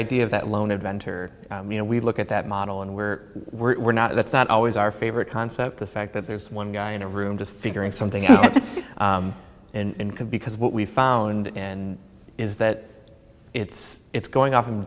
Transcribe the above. idea of that lone inventor you know we look at that model and where we're not that's not always our favorite concept the fact that there's one guy in a room just figuring something out in could because what we found in is that it's it's going off and